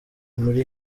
muri